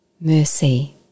mercy